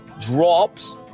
drops